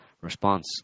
response